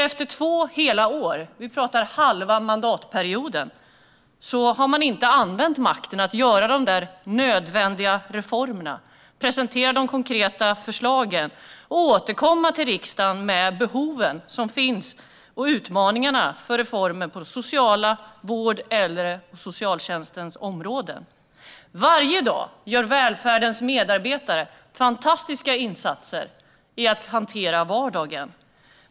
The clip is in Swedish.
Efter två hela år - vi talar nu om halva mandatperioden - har de inte använt makten för att göra de där nödvändiga reformerna, presentera de konkreta förslagen och återkomma till riksdagen med de behov som finns när det gäller utmaningarna för reformer för vård, för äldre och på socialtjänstens område. Varje dag gör välfärdens medarbetare fantastiska insatser i att hantera vardagen.